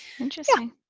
Interesting